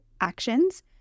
actions